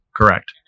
correct